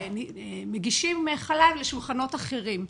ומגישים חלב לשולחנות אחרים.